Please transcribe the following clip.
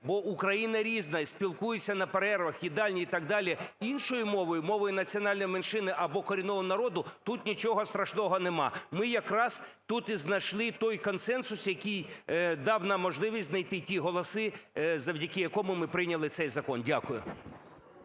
бо Україна різна і спілкуються на перервах, в їдальні і так далі іншою мовою – мовою національної меншини або корінного народу, тут нічого страшного нема. Ми якраз тут і знайшли той консенсус, який дав нам можливість знайти ті голоси, завдяки яким ми прийняли цей закон. Дякую.